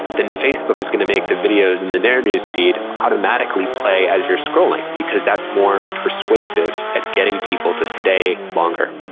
then facebook is going to make the videos in their newsfeed automatically play as you are scrolling because that's more persuasive at getting people to stay longer.